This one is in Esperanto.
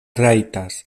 rajtas